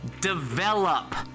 DEVELOP